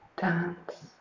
dance